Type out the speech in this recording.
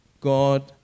God